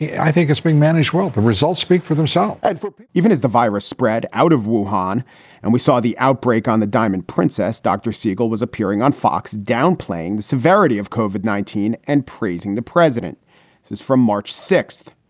i think it's being managed well. the results speak for themselves. and even as the virus spread out of whitehorn and we saw the outbreak on the diamond princess, dr. siegel was appearing on fox, downplaying the severity of cauvin, nineteen, and praising the president says from march sixth,